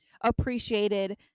appreciated